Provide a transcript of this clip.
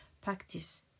practice